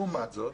לעומת זאת